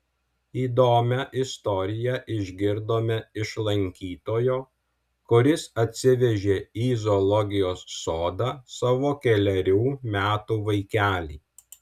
įdomią istoriją išgirdome iš lankytojo kuris atsivežė į zoologijos sodą savo kelerių metų vaikelį